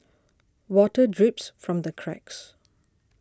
water drips from the cracks